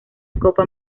copa